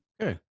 Okay